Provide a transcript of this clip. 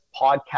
podcast